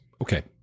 okay